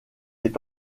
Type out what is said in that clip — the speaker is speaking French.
est